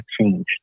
changed